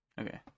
Okay